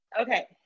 Okay